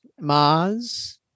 Maz